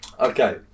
okay